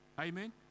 Amen